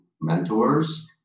mentors